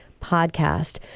podcast